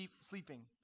sleeping